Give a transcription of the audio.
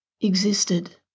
existed